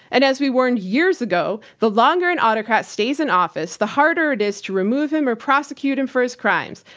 and as we warned years ago, the longer an autocrat stays in office, the harder it is to remove him or prosecute him for his crimes.